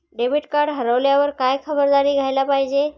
Debit card हरवल्यावर काय खबरदारी घ्यायला पाहिजे?